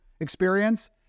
experience